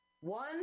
one